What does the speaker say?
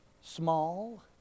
small